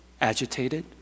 agitated